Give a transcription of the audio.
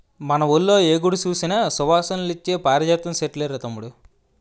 మన వూళ్ళో ఏ గుడి సూసినా సువాసనలిచ్చే పారిజాతం సెట్లేరా తమ్ముడూ